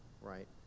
right